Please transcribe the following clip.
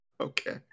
Okay